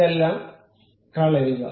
ചുമ്മ കളയുക